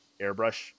airbrush